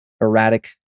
Erratic